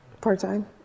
part-time